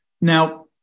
Now